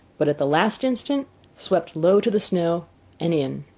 but at the last instant swept low to the snow and in.